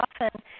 often